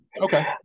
okay